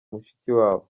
mushikiwabo